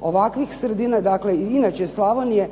ovakvih sredina, dakle i inače Slavonije